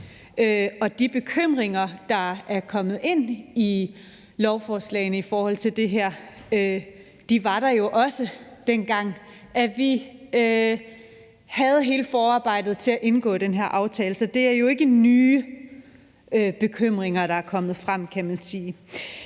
om lovforslagene, der er kommet ind i forhold til det her, var der også, dengang vi havde hele forarbejdet til at indgå den her aftale. Så det er jo ikke nye bekymringer, der er kommet frem, kan man sige.